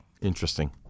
Interesting